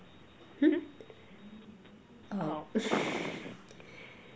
mm oh